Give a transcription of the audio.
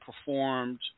performed